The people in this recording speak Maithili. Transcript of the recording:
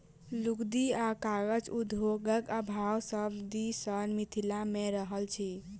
लुगदी आ कागज उद्योगक अभाव सभ दिन सॅ मिथिला मे रहल अछि